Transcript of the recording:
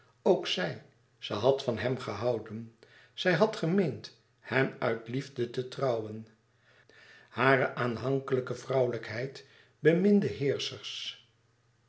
ook zij ze had van hem gehouden zij had gemeend hem uit liefde te trouwen hare aanhankelijke vrouwelijkheid beminde